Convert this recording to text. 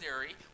theory